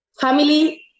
family